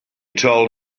told